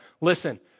Listen